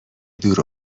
دور